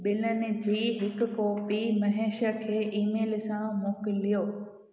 बिलनि जी हिकु कॉपी महेश खे ईमेल सां मोकिलियो